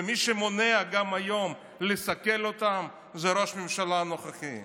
ומי שמונע גם היום לסכל אותם זה ראש הממשלה הנוכחי.